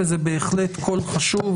וזה בהחלט קול חשוב,